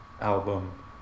album